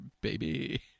baby